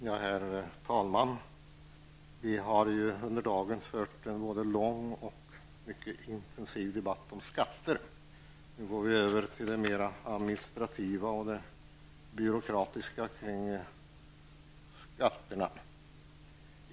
Herr talman! Vi har under dagen fört en både lång och intensiv debatt om skatter. Nu går vi över till det mer administrativa och byråkratiska kring skatterna.